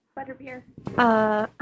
Butterbeer